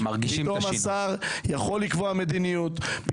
פתאום השר יכול לקבוע מדיניות -- מורגש, מורגש.